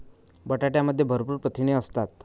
बटाट्यामध्ये भरपूर प्रथिने असतात